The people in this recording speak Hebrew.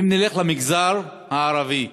ואם נלך למגזר הערבי,